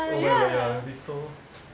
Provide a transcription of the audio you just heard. oh my god ya it will be so